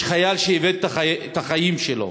יש חייל שאיבד את החיים שלו.